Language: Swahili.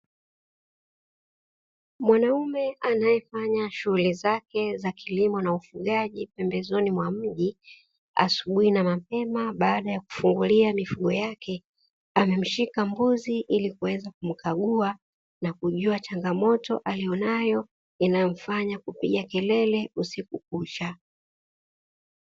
Mwanaume anayefanya shughuli zake za kilimo na ufugaji pembezoni mwa mji, asubuhi na mapema baaada ya kufungulia mifugo yake . Amemshika mbuzi ili kumkagua changomoto aliyonayo iliyomfanya kupiga kelele usiku kucha.